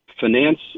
finance